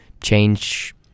change